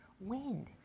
wind